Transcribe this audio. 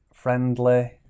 friendly